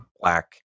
black